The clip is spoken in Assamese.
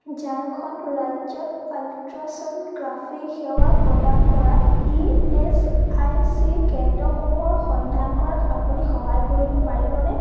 ঝাৰখণ্ড ৰাজ্যত আলট্ৰা চ'নগ্ৰাফি সেৱা প্ৰদান কৰা ই এচ আই চি কেন্দ্ৰসমূহৰ সন্ধান কৰাত আপুনি সহায় কৰিব পাৰিবনে